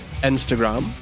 Instagram